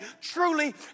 truly